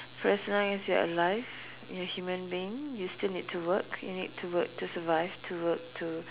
personalise your life you're are a human being you still need to work you need to work to survive to work to